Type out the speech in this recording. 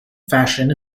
fashion